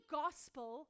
gospel